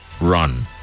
run